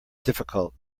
difficult